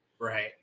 Right